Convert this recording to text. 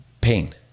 pain